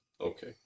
okay